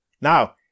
Now